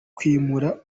kwimura